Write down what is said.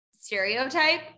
stereotype